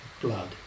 blood